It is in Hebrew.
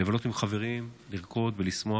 לבלות עם חברים, לרקוד ולשמוח,